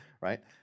right